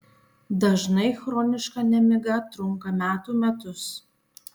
dažnai chroniška nemiga trunka metų metus